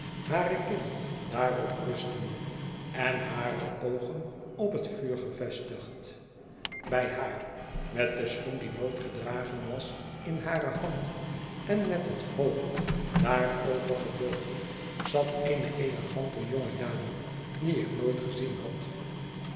kin daarop rustende en hare oogen op het vuur gevestigd bij haar met den schoen die nooit gedragen was in hare hand en met het hoofd daarover gebogen zat eene elegante jonge dame die ik nooii gezien had